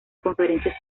conferencias